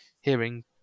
hearing